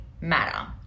matter